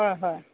হয় হয়